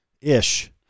ish